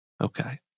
Okay